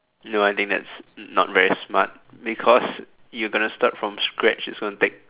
no I think that's not very smart because you gonna start from scratch it's going to take